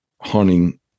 hunting